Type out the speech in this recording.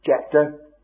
chapter